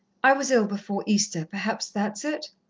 i was ill before easter perhaps that's it.